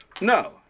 No